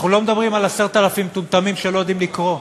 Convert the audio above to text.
אנחנו לא מדברים על 10,000 מטומטמים שלא יודעים לקרוא,